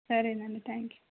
సరేనండి thank you